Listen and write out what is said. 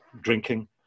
drinking